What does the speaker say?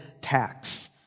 tax